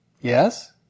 Yes